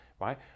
right